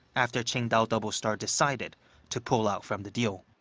after qingdao doublestar decided to pull out from the deal.